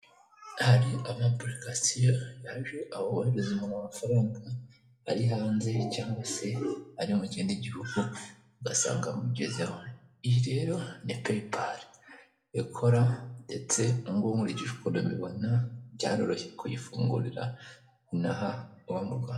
Hari amapurikasiyo yaje, aho woherereza umuntu amafaranga ari hanze cyangwa se ari mu kindi gihugu, ugasanga amugezeho. Iyi rero ni peyipari, ikora ndetse ubu ngubu nkurikije uko mbibona byaroroshye kuyifungurira inaha uba mu Rwanda.